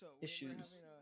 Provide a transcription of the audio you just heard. issues